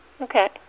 Okay